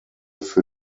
für